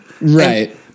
Right